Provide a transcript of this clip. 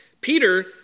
Peter